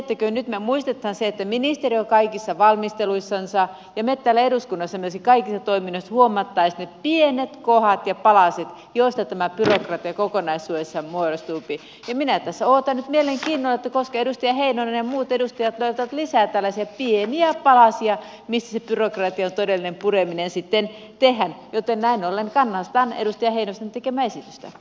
kun nyt me muistamme sen että ministeriö kaikissa valmisteluissaan ja me täällä eduskunnassa myöskin kaikissa toiminnoissa huomaisimme ne pienet kohdat ja palaset joista tämä byrokratia kokonaisuudessaan muodostuupi niin minä tässä odotan nyt mielenkiinnolla koska edustaja heinonen ja muut edustajat löytävät lisää tällaisia pieniä palasia mistä se byrokratian todellinen purkaminen sitten tehdään joten näin ollen kannatan edustaja heinosen tekemää esitystä